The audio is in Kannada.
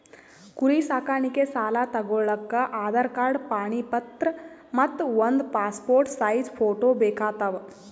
ಕುರಿ ಸಾಕಾಣಿಕೆ ಸಾಲಾ ತಗೋಳಕ್ಕ ಆಧಾರ್ ಕಾರ್ಡ್ ಪಾಣಿ ಪತ್ರ ಮತ್ತ್ ಒಂದ್ ಪಾಸ್ಪೋರ್ಟ್ ಸೈಜ್ ಫೋಟೋ ಬೇಕಾತವ್